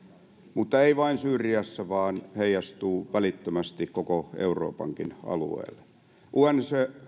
mutta ei vain syyriassa vaan se heijastuu välittömästi koko euroopankin alueelle unhcrn